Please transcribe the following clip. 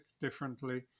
differently